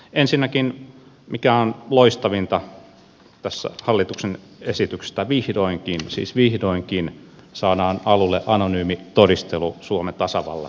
ensinnäkin mikä on loistavinta tässä hallituksen esityksessä vihdoinkin siis vihdoinkin saadaan alulle anonyymi todistelu suomen tasavallassa